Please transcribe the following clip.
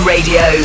Radio